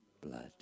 blood